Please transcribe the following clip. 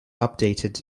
updated